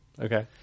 Okay